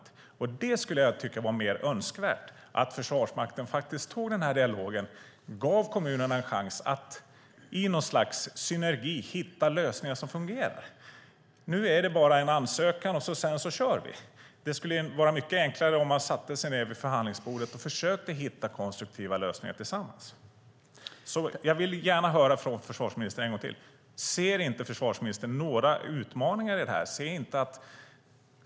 Jag tycker att det skulle vara mer önskvärt att Försvarsmakten faktiskt tog den här dialogen och gav kommunerna en chans att i något slags synergi hitta lösningar som fungerar. Nu är det bara en ansökan, och sedan kör man. Det skulle vara mycket enklare om man satte sig ned vid förhandlingsbordet och försökte hitta konstruktiva lösningar tillsammans. Jag vill fråga försvarsministern en gång till: Ser inte försvarsministern några utmaningar i det här?